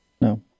No